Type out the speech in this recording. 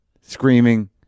screaming